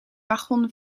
wagon